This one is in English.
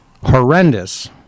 horrendous